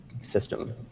system